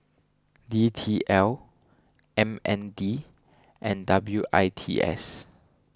D T L M N D and W I T S